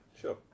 Sure